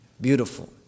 beautiful